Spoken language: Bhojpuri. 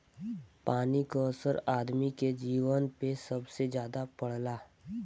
पानी क असर आदमी के जीवन पे सबसे जादा पड़ला